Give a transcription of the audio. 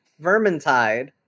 Vermintide